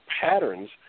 patterns